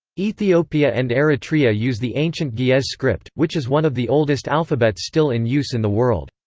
ethiopia and eritrea use the ancient ge'ez script, which is one of the oldest alphabets still in use in the world.